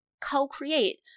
co-create